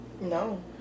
No